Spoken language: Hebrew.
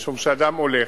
משום שאדם הולך,